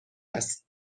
است